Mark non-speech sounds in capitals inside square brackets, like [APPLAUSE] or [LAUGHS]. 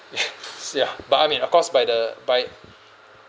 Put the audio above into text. [LAUGHS] ya but I mean of course by the by